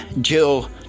Jill